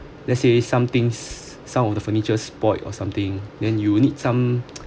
let's say some things some of the furniture spoiled or something then you'll need some